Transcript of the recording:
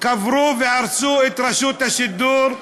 והרסו את רשות השידור,